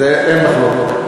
על זה אין מחלוקת.